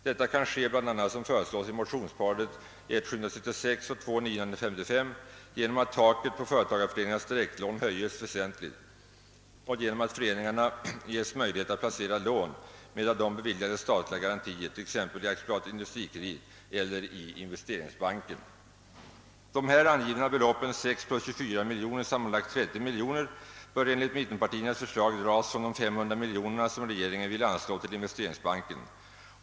Detta kan äga rum bl.a., såsom föreslås i motionsparet I: 766 och II: 955, genom att taket på företagareföreningarnas direktlån höjes väsentligt och genom att föreningarna ges möjlighet att placera lån med av dem beviljade statliga garantier, t.ex. i AB Industrikredit eller i investeringsbanken. De här angivna beloppen 6 + 24 miljoner, sammanlagt 30 miljoner, bör enligt mittenpartiernas förslag dras från de 500 miljoner, som regeringen vill anslå till investeringsbanken.